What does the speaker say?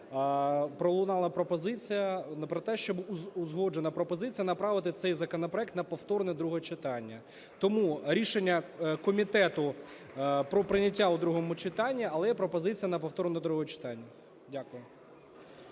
пролунала пропозиція про те, щоб… узгоджена пропозиція направити цей законопроект на повторне друге читання. Тому рішення комітету - про прийняття в другому читанні, але є пропозиція на повторне друге читання. Дякую.